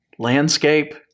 Landscape